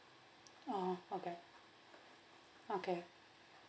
oh okay okay